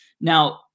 now